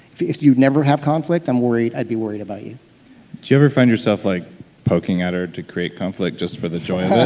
if you never have conflict, um i'd be worried about you do you ever find yourself like poking at her to create conflict just for the joy and